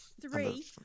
Three